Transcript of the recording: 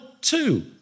two